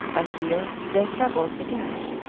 and here their troubles began.